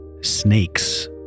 snakes